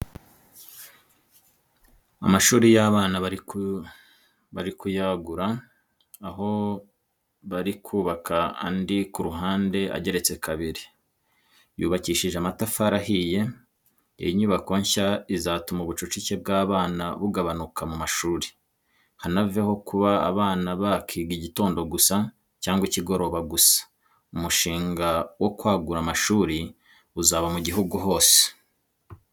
Amashuri y'abana bari kuyagura aho baru kubaka andi ku ruhande ageretse kabiri, yubakishije amatafari ahiye. Iyi nyubako nshya izatuma ubucucike bw'abana bugabanuka mu mashuri, hanaveho kuba abana bakiga igitondo gusa cyangwa ikigoroba gusa. Umushinga wo kwagura amashuri uzaba mu gihugu hose.